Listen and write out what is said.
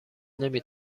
نمی